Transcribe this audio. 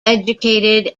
educated